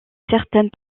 certaines